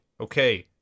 Okay